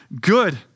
good